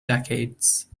decades